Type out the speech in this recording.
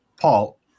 Paul